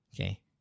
Okay